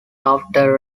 after